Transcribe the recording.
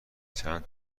چند